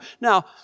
Now